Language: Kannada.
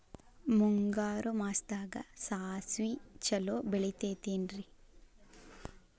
ಮುಂಗಾರು ಮಾಸದಾಗ ಸಾಸ್ವಿ ಛಲೋ ಬೆಳಿತೈತೇನ್ರಿ?